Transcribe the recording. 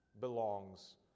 belongs